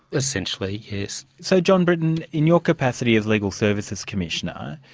essentially, yes. so john briton in your capacity as legal services commissioner,